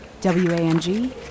W-A-N-G